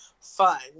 fun